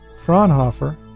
Fraunhofer